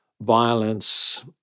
violence